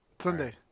Sunday